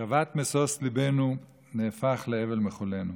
שבת משוש ליבנו נהפך לאבל מחולנו,